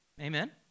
Amen